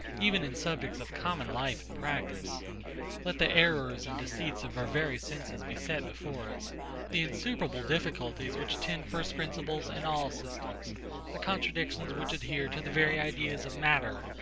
even in subjects of common life and practice let the errors and deceits of our very senses be set before us the insuperable difficulties which attend first principles in all systems the contradictions which adhere to the very ideas of matter,